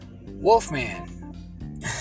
Wolfman